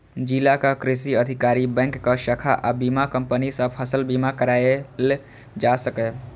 जिलाक कृषि अधिकारी, बैंकक शाखा आ बीमा कंपनी सं फसल बीमा कराएल जा सकैए